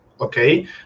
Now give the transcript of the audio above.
okay